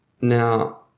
Now